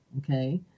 okay